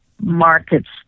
markets